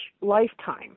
lifetime